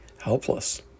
helpless